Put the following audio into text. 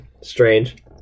Strange